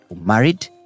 married